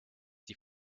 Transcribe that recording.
die